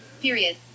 period